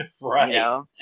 Right